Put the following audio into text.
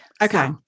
Okay